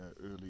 early